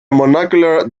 monocular